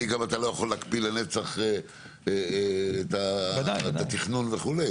אתה גם לא יכול להקפיא לנצח את התכנון וכו'.